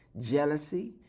jealousy